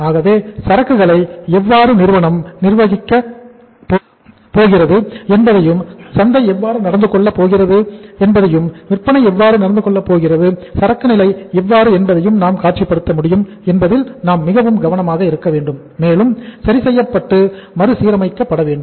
ஆகவே சரக்குகளை எவ்வாறு நிறுவனம் நிர்வகிக்க போகிறது என்பதையும் சந்தை எவ்வாறு நடந்துகொள்ள போகிறது சந்தையில் விற்பனை எவ்வாறு நடக்கப்போகிறது சரக்கு நிலை எவ்வாறு என்பதையும் நாம் காட்சிப்படுத்த முடியும் என்பதில் நாம் மிகவும் கவனமாக இருக்க வேண்டும் மேலும்சரிசெய்யப்பட்டு மருசீரமைக்கப்பட வேண்டும்